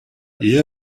ehe